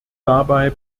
dabei